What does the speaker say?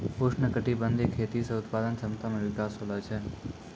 उष्णकटिबंधीय खेती से उत्पादन क्षमता मे विकास होलो छै